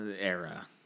era